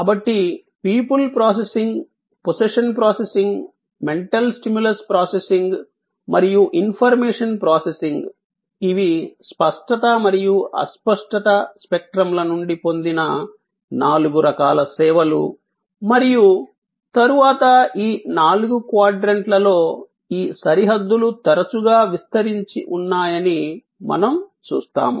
కాబట్టి people processing possession processing mental stimulus processing మరియు information processing ఇవి స్పష్టత మరియు అస్పష్టత స్పెక్ట్రంల నుండి పొందిన నాలుగు రకాల సేవలు మరియు తరువాత ఈ నాలుగు క్వాడ్రాంట్లలో ఈ సరిహద్దులు తరచుగా విస్తరించి ఉన్నాయని మనం చూస్తాము